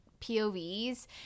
POVs